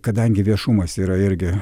kadangi viešumas yra irgi